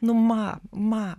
nu ma ma